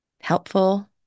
helpful